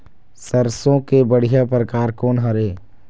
सरसों के बढ़िया परकार कोन हर ये?